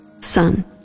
son